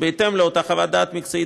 ובהתאם לאותה חוות דעת מקצועית,